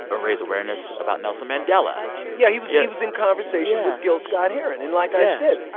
raise awareness about nelson mandela yeah, he was yeah he was in conversation with gil scott-heron. and and like i said,